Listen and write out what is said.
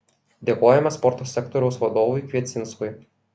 dėkojame sporto sektoriaus vadovui kviecinskui